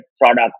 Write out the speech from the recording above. product